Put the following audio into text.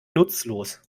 nutzlos